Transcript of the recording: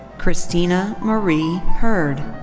christina marie herd.